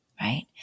right